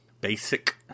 basic